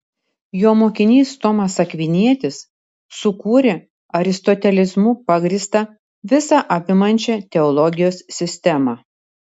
jo mokinys tomas akvinietis sukūrė aristotelizmu pagrįstą visa apimančią teologijos sistemą